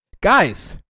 guys